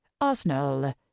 Arsenal